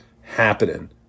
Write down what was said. happening